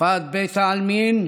בשפת בית העלמין,